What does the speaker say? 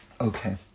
Okay